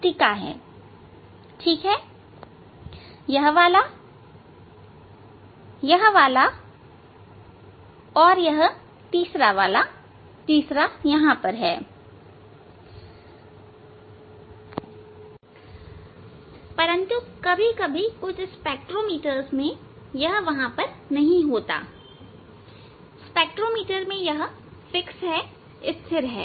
ठीक है यह वाला यह वाला और यह तीसरा वाला तीसरा वाला यहां है परंतु कभी कभी कुछ स्पेक्ट्रोमीटर में यह वहां होता है स्पेक्ट्रोमीटर में यह स्थिर है